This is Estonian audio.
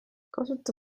kasuta